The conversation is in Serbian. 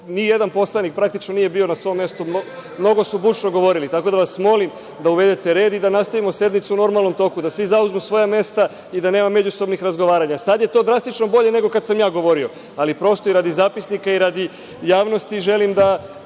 nijedan poslanik praktično nije bio na svom mestu, mnogo su bučno govorili. Tako da vas molim da uvedete red i nastavimo sednicu u normalnom toku, da svi zauzmu svoja mesta i da nema međusobnih razgovaranja. Sada je to drastično bolje nego kada sam ja govorio, ali prosto radi zapisnika, radi javnosti želim da